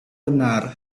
benar